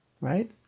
right